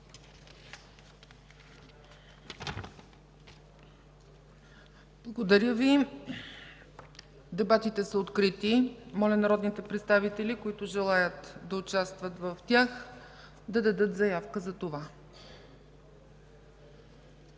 Благодаря Ви. Дебатите са открити. Моля народните представители, които желаят да участват в тях, да дадат заявка за това.